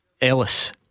Ellis